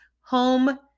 home